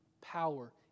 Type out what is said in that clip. power